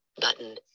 button